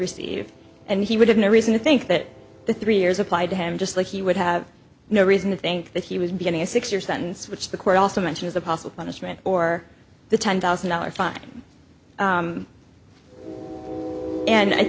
receive and he would have no reason to think that the three years applied to him just like he would have no reason to think that he was beginning a six year sentence which the court also mention as a possible punishment for the ten thousand dollars fine and